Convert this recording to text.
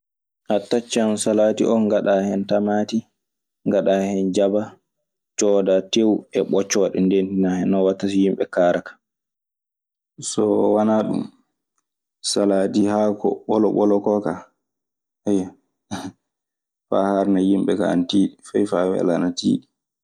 A taccan salaati oo, ngaɗaa hen tamaati, ngaɗaa hen jaba, cooda teew e ɓoccooɗe, ndenndinaa hen. Non waɗta so yimɓe kaara kaa. So wanaa ɗun, salaati haako ɓolo-ɓolo koo kaa, faa haarna yimɓe kaa ana tiiɗi. Fay faa wela ana tiiɗi.